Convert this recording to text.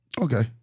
Okay